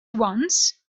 once